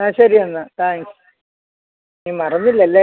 ആ ശരി എന്നാൽ താങ്ക്സ് നീ മറന്നില്ലല്ലേ